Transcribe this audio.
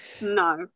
no